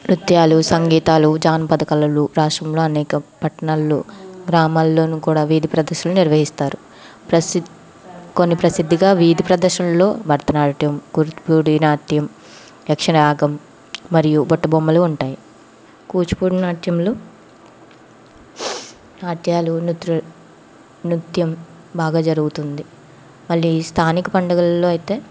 నృత్యాలు సంగీతాలు జానపద కళలు రాష్ట్రంలో అనేక పట్టణాల్లో గ్రామాల్లోనూ కూడా వీధి ప్రదర్శనలు నిర్వహిస్తారు ప్రసిద్ధ కొన్ని ప్రసిద్ధిగా వీధి ప్రదర్శనలలో భరతనాట్యం కూచిపూడి నాట్యం యక్షగానం మరియు బుట్ట బొమ్మలు ఉంటాయి కూచిపూడి నాట్యాలు నాట్యాలు నృత్య నృత్యం బాగా జరుగుతుంది మళ్ళీ స్థానిక పండుగలలో అయితే